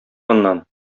моннан